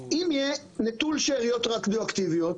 אם יהיה נטול שאריות רדיואקטיביות,